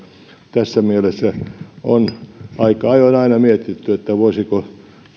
tässä mielessä on aina aika ajoin mietitty voisiko